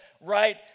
right